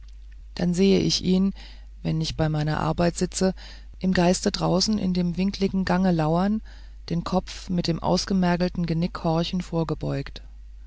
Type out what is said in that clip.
da sehe ich ihn wenn ich bei meiner arbeit sitze im geiste draußen in dem winkligen gange lauern den kopf mit dem ausgemergelten genick horchend vorgebeugt